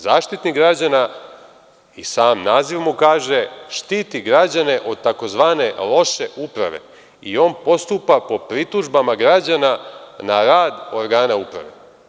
Zaštitnik građana i sam naziv mu kaže – štiti građane od tzv. loše uprave i on postupa po pritužbama građana na rad organa uprave.